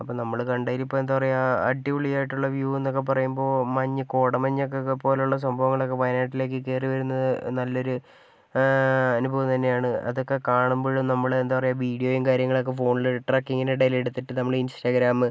അപ്പം നമ്മൾ കണ്ടതിൽ ഇപ്പം എന്താണ് പറയുക അടിപൊളി ആയിട്ടുള്ള വ്യൂ എന്നൊക്കെ പറയുമ്പോൾ മഞ്ഞ് കോടമഞ്ഞൊക്കെ പോലെയുള്ള സംഭവങ്ങളൊക്കെ വയനാട്ടിലേക്ക് കയറി വരുന്നത് നല്ലൊരു അനുഭവം തന്നെയാണ് അതൊക്കെ കാണുമ്പോഴും നമ്മൾ എന്താണ് പറയുക വീഡിയോയും കാര്യങ്ങളൊക്കെ ഫോണിൽ ട്രക്കിങ്ങിന് ഇടയിൽ എടുത്തിട്ട് നമ്മൾ ഇൻസ്റ്റഗ്രാം